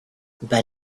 but